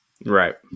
Right